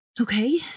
Okay